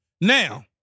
Now